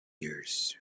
years